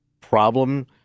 problem